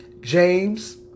James